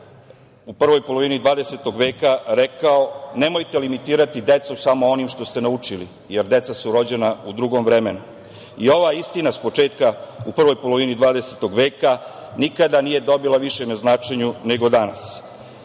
u prvoj polovini 20. veka rekao – nemojte limitirati decu samo onim što ste naučili, jer deca su rođena u drugom vremenu. Ova istina s početka, u prvoj polovini 20. veka nikada nije dobila više na značenju nego